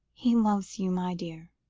he loves you, my dear.